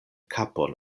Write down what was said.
kapon